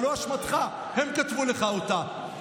לא אשמתך, הם כתבו לך אותה.